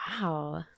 wow